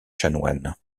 chanoines